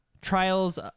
Trials